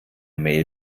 mail